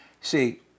See